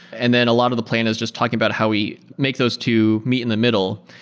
and then a lot of the plan is just talking about how we make those two meet in the middle.